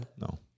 No